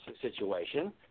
situation